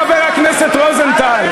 חבר הכנסת רוזנטל.